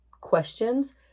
questions